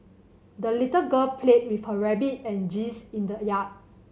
the little girl played with her rabbit and geese in the yard